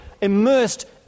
immersed